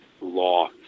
law